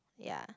yea